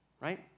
right